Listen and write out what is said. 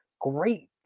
great